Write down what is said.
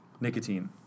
nicotine